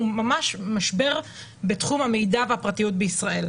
הוא ממש משבר בתחום המידע והפרטיות בישראל.